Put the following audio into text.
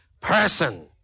person